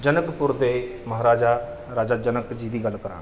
ਜਨਕਪੁਰ ਦੇ ਮਹਾਰਾਜਾ ਰਾਜਾ ਜਨਕ ਜੀ ਦੀ ਗੱਲ ਕਰਾਂਗਾ